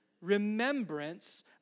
remembrance